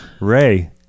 Ray